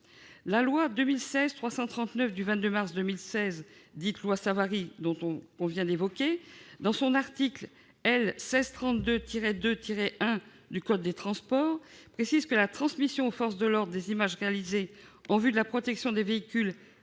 la loi n° 2016-339 du 22 mars 2016, dite loi Savary, que l'on a évoquée, l'article L. 1632-2-1 du code des transports dispose que « la transmission aux forces de l'ordre des images réalisées en vue de la protection des véhicules